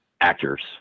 actors